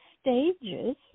stages